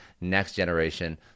next-generation